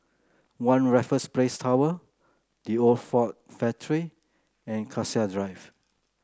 One Raffles Place Tower The Old Ford Factory and Cassia Drive